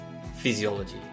physiology